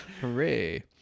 Hooray